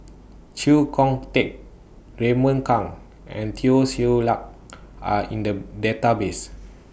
Chee Kong Tet Raymond Kang and Teo Ser Luck Are in The Database